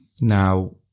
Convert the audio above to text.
Now